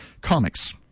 comics